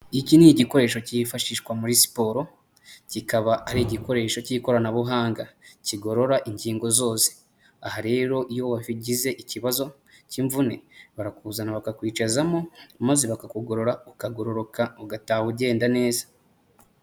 Iki ni igikoresho cyifashishwa muri siporo, kikaba ari igikoresho cy'ikoranabuhanga kigorora ingingo zose. Aha rero iyo wagize ikibazo cy'imvune, barakuzana bakakwicazamo maze bakakugorora ukagororoka ugataha ugenda neza.